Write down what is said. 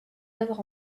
œuvres